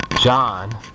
John